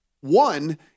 one –